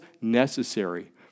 necessary